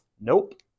nope